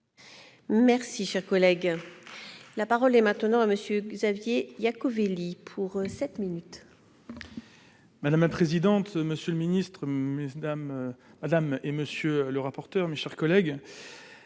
Merci, cher collègue, la parole est maintenant à monsieur Xavier il y Covili pour 7 minutes. Madame la présidente, monsieur le ministre madame et monsieur le rapporteur, mes chers collègues,